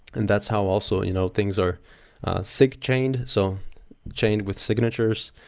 and that's how also you know things are sig-chained, so chained with signatures.